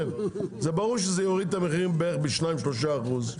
ברור שזה יוריד את המחירים ב-2%, 3% בערך.